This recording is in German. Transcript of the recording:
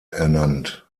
ernannt